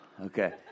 Okay